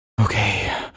Okay